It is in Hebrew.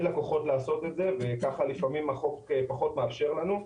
לקוחות לעשות את זה וכך לפעמים החוק פחות מאפשר לנו.